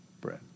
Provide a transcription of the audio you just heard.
bread